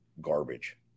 garbage